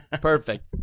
Perfect